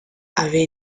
avait